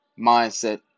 Mindset